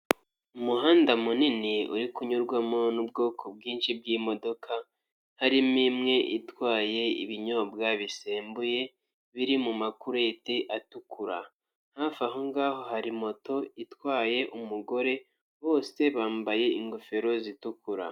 Umuhanda munini uri kunyurwamo n'ubwoko bwinshi bw'imodoka harimo imwe itwaye ibinyobwa bisembuye biri mumakuleti atukura hafi aho ngaho hari moto itwaye umugore bose bambaye ingofero zitukura.